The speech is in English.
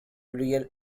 real